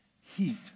heat